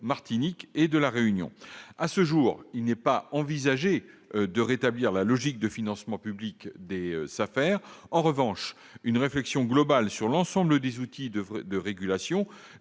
Martinique et de la Réunion. À ce jour, il n'est pas envisagé de rétablir une logique de financement public des SAFER. En revanche, une réflexion globale sur l'ensemble des outils de régulation